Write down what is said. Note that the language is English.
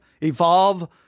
evolve